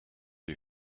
you